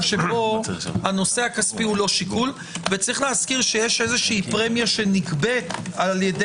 שבו הנושא הכספי אינו שיקול ויש להזכיר שיש פרמיה שנגבית על ידי